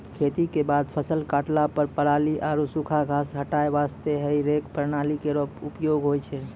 खेती क बाद फसल काटला पर पराली आरु सूखा घास हटाय वास्ते हेई रेक प्रणाली केरो उपयोग होय छै